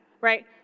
right